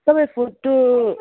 तपाईँ फोटो